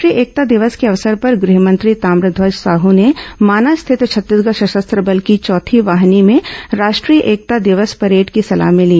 राष्ट्रीय एकता दिवस के अवसर पर गृह मंत्री ताम्रध्वज साह ने माना स्थित छत्तीसगढ सशस्त्र बल की चौथी वाहिनी में राष्ट्रीय एकता दिवस परेड की सलामी ली